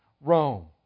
Rome